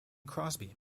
crosby